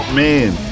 man